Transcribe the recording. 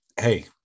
hey